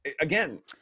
Again